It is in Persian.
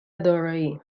دارایی